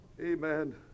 amen